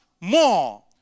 more